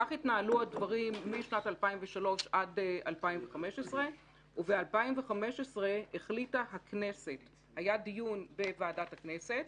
כך התנהלו הדברים משנת 2003 עד 2015. ב-2015 החליטה הכנסת היה דיון בוועדת הכנסת